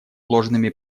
ложными